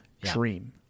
dream